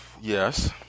yes